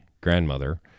grandmother